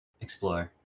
explore